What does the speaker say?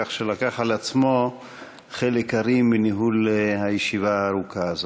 על שלקח על עצמו את חלק הארי של ניהול הישיבה הארוכה הזאת.